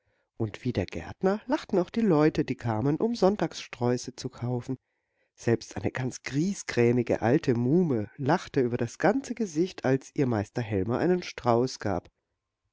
und wie der gärtner lachten auch die leute die kamen um sonntagssträuße zu kaufen selbst eine ganz griesgrämige alte muhme lachte über das ganze gesicht als ihr meister helmer einen strauß gab